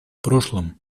прошлом